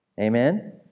Amen